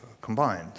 combined